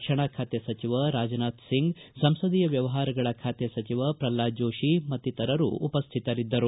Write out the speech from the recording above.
ರಕ್ಷಣಾ ಖಾತೆ ಸಚಿವ ರಾಜನಾಥ್ ಸಿಂಗ್ ಸಂಸದೀಯ ವ್ಯವಹಾರಗಳ ಖಾತೆ ಸಚಿವ ಪ್ರಲ್ವಾದ್ ಜೋಶಿ ಮತ್ತಿತರರು ಉಪ್ಯಿತರಿದ್ದರು